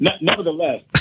nevertheless